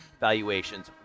valuations